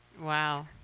Wow